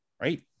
right